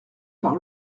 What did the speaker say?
par